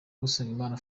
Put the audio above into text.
usengimana